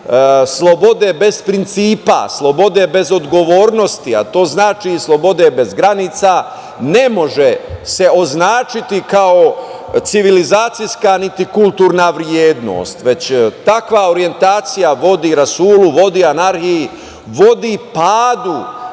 slobode bez principa, slobode bez odgovornosti, a to znači i slobode bez granica, ne može se označiti kao civilizacijska, niti kulturna vrednost, već takva orjentacija vodi rasulu, vodi anarhiji, vodi padu